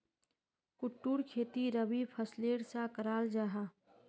कुट्टूर खेती रबी फसलेर सा कराल जाहा